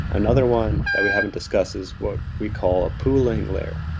another one that we haven't discussed is what we call a pooling layer.